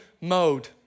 mode